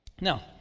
Now